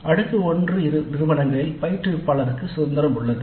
அடுக்கு 1 நிறுவனங்களில் பயிற்றுவிப்பாளருக்கு சுதந்திரம் உள்ளது